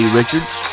Richards